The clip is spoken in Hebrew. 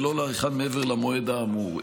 ולא להאריכן מעבר למועד האמור.